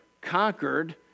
conquered